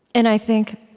and i think,